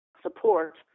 support